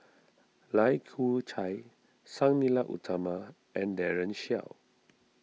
Lai Kew Chai Sang Nila Utama and Daren Shiau